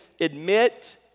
admit